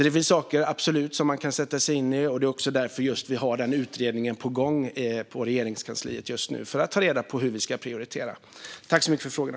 Det finns alltså absolut saker som man kan sätta sig in i. Det är också därför utredningen är på gång i Regeringskansliet, för att ta reda på hur vi ska prioritera.